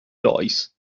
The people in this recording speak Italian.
loïs